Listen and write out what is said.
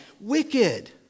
wicked